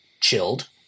chilled